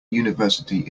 university